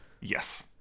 yes